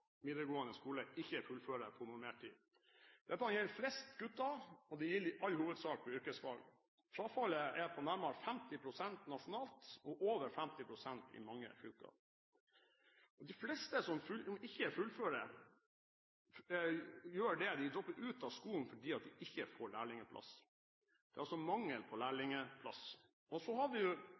videregående skole, ikke fullfører på normert tid. Dette gjelder flest gutter, og det gjelder i all hovedsak på yrkesfag. Frafallet er på nærmere 50 pst. nasjonalt og over 50 pst. i mange fylker. De fleste som ikke fullfører, dropper ut av skolen fordi de ikke får lærlingplass. Det er altså mangel på lærlingplasser. Så har vi jo